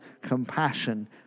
compassion